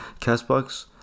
castbox